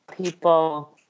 people